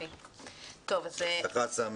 בהצלחה, סמי.